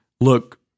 look